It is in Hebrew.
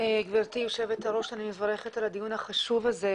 גבירתי יו"ר אני מברכת על הדיון החשוב הזה.